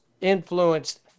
influenced